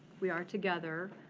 we are together.